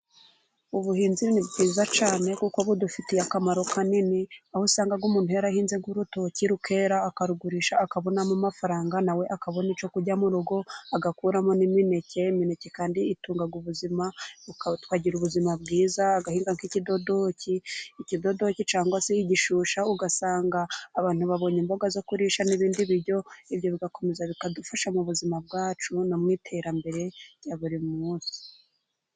Ubuhinzi ni bwiza cyane, kuko budufitiye akamaro kanini, aho usanga umuntu yarahinzega urutoki rukera akarugurisha akabonamo amafaranga, nawe akabona icyo kurya mu rugo. Agakuramo n'imineke, imineke kandi ituma agira ubuzima bwiza agahinga nk'ikidodoki, ikidodoki cyangwa se igishushu. Ugasanga abantu babonye imboga zo kurisha n'ibindi biryo ibyo bigakomeza bikadufasha mu buzima bwacu no mu iterambere rya buri munsi.